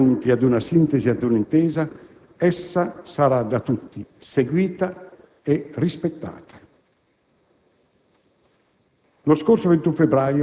ma, una volta giunti ad una sintesi e ad un'intesa, essa sarà da tutti seguita e rispettata.